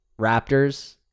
Raptors